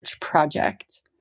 project